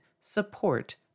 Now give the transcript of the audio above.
support